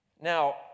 Now